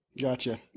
gotcha